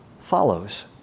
follows